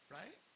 right